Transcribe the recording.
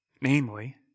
namely